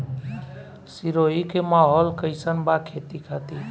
सिरोही के माहौल कईसन बा खेती खातिर?